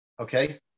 Okay